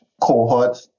cohort